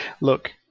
look